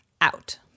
Out